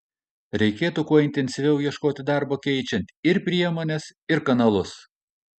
reikėtų kuo intensyviau ieškoti darbo keičiant ir priemones ir kanalus